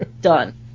Done